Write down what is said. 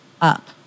up